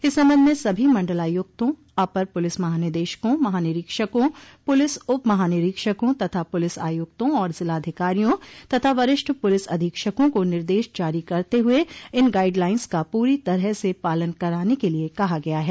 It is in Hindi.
इस संबंध में सभी मंडलायुक्तों अपर पुलिस महानिदेशकों महानिरीक्षकों पुलिस उप महानिरीक्षकों तथा पुलिस आयुक्तों और जिलाधिकारियों तथा वरिष्ठ पुलिस अधीक्षकों को निर्देश जारी करते हुए इन गाइड लाइन का पूरी तरह से पालन कराने के लिये कहा गया है